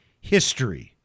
history